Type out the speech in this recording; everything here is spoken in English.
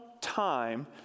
time